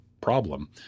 problem